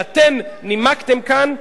שאתם נימקתם כאן,